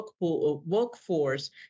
workforce